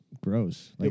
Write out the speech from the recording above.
gross